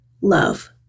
love